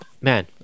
Man